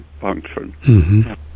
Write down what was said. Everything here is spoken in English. function